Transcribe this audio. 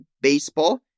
baseball